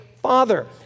Father